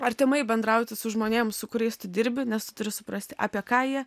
artimai bendrauti su žmonėms su kuriais tu dirbi nes tu turi suprasti apie ką jie